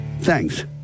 Thanks